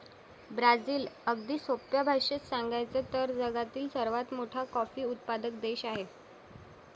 Brazil, अगदी सोप्या भाषेत सांगायचे तर, जगातील सर्वात मोठा कॉफी उत्पादक देश आहे